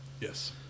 Yes